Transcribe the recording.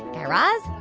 guy raz,